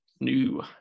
new